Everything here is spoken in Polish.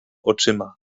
oczyma